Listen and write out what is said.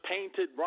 painted